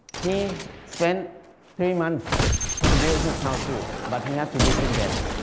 he spent three months to build his house, too. but, he had to be in debt.